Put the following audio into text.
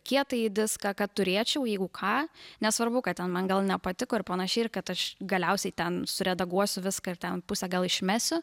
kietąjį diską kad turėčiau jeigu ką nesvarbu kad ten man gal nepatiko ir panašiai ir kad aš galiausiai ten suredaguosiu viską ir ten pusę gal išmesiu